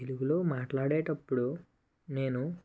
తెలుగులో మాట్లాడేటప్పుడు నేను